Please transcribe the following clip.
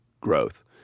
growth